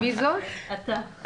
10:14.